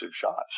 shots